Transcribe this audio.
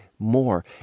More